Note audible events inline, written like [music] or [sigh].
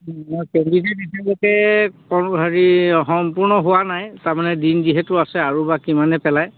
[unintelligible] candidate এতিয়ালৈকে [unintelligible] হেৰি সম্পূৰ্ণ হোৱা নাই তাৰমানে দিন যিহেতু আছে আৰু বা কিমানে পেলায়